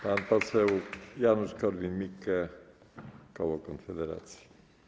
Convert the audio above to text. Pan poseł Janusz Korwin-Mikke, koło Konfederacja.